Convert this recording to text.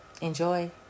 enjoy